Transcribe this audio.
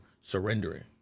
surrendering